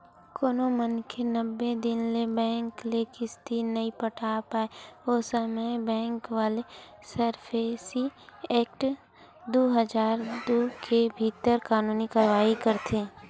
कोनो मनखे नब्बे दिन ले बेंक के किस्ती नइ पटा पाय ओ समे बेंक वाले सरफेसी एक्ट दू हजार दू के भीतर कानूनी कारवाही करथे